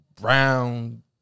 brown